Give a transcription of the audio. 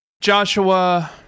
Joshua